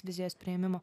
vizijos priėmimo